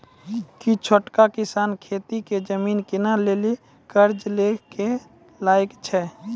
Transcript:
कि छोटका किसान खेती के जमीन किनै लेली कर्जा लै के लायक छै?